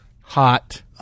hot